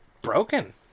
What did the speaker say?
broken